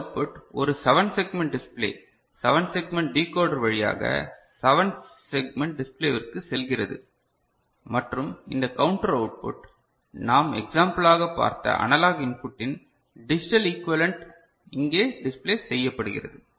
இந்த அவுட்புட் ஒரு 7 segment display 7 segment decoder வழியாக 7 செக்மெண்ட் டிஸ்ப்ளேவிற்கு செல்கிறது மற்றும் இந்த கவுண்டர் அவுட்புட் நாம் எக்சாம்பலாக பார்த்த அனலாக இன்புட்டின் டிஜிட்டல் ஈக்விவலெண்ட் இங்கே டிஸ்ப்ளே செய்யப்படுகிறது